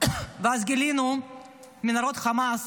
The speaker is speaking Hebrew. וגילינו מנהרות חמאס,